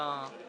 ע"י